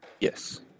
Yes